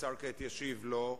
כעת השר ישיב לו,